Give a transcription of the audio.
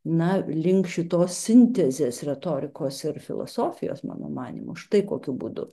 na link šitos sintezės retorikos ir filosofijos mano manymu štai kokiu būdu